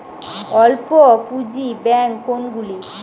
অল্প পুঁজি ব্যাঙ্ক কোনগুলি?